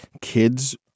kids